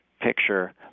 picture